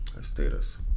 status